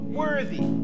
worthy